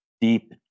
deep